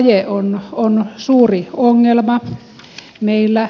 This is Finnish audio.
verovaje on suuri ongelma meillä